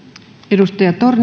arvoisa